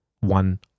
one